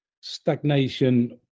stagnation